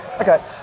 Okay